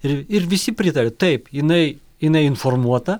ir ir visi pritarė taip jinai jinai informuota